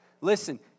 Listen